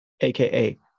aka